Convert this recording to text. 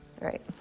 right